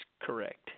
Correct